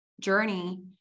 journey